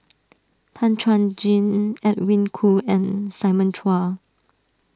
Tan Chuan Jin Edwin Koo and Simon Chua